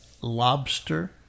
lobster